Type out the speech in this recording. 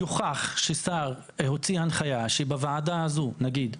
יוכח ששר הוציא הנחיה שבוועדה הזו, נניח,